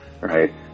right